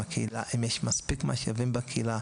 אם יש מספיק משאבים בקהילה,